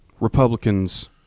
Republicans